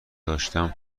داشتم